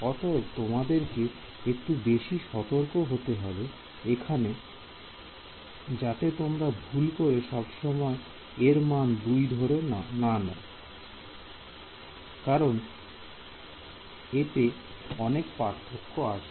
অতএব তোমাদেরকে একটু বেশি সতর্ক হতে হবে এইখানে যাতে তোমরা ভুল করে সব সময় এর মান 2 ধরে নাও কারণ এতে অনেক পার্থক্য আসবে